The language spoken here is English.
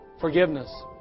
forgiveness